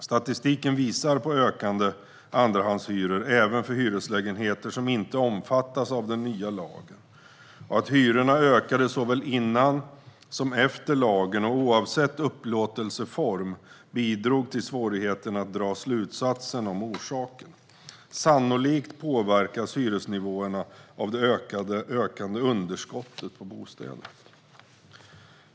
Statistiken visar på ökande andrahandshyror även för hyreslägenheter som inte omfattas av den nya lagen. Att hyrorna ökade såväl före som efter lagen, oavsett upplåtelseform, bidrog till svårigheten att dra slutsatser om orsaken. Sannolikt påverkas hyresnivåerna av det ökande underskottet på bostäder.